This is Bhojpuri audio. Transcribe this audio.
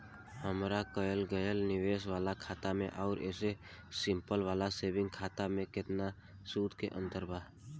हमार करल गएल निवेश वाला खाता मे आउर ऐसे सिंपल वाला सेविंग खाता मे केतना सूद के अंतर बा?